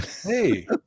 hey